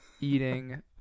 eating